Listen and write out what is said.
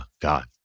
God